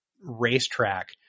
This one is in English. racetrack